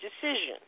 decision